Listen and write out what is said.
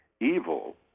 evil